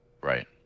Right